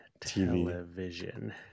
television